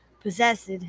possessed